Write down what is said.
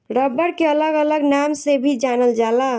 rubber के अलग अलग नाम से भी जानल जाला